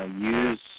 use